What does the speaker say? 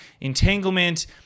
entanglement